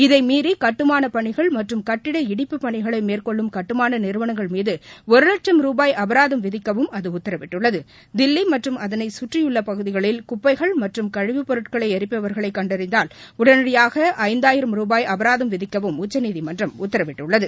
இதை மீறி கட்டுமான பணிகள் மற்றும் கட்டிட இடிப்பு பணிகளை மேற்கொள்ளும் கட்டுமாள நிறுவனங்கள் மீது ஒரு லட்சம் ரூபாய் அபராதம் விதிக்கவும் அது உத்தரவிட்டுள்ளது தில்வி மற்றம் அதனை கற்றியுள்ள பகுதிகளில் குப்பைகள் மற்றும் கழிவுப்பொருட்களை எரிப்பவர்களை கண்டறிந்தால் உடனடியாக ஐந்தாயிரம் ரூபாய் அபராதம் விதிக்கவும் உச்சநீதிமன்றம் உத்தரவிட்டுள்ளது